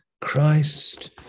Christ